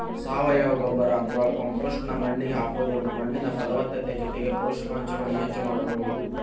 ಸಾವಯವ ಗೊಬ್ಬರ ಅತ್ವಾ ಕಾಂಪೋಸ್ಟ್ ನ್ನ ಮಣ್ಣಿಗೆ ಹಾಕೋದ್ರಿಂದ ಮಣ್ಣಿನ ಫಲವತ್ತತೆ ಜೊತೆಗೆ ಪೋಷಕಾಂಶಗಳನ್ನ ಹೆಚ್ಚ ಮಾಡಬೋದು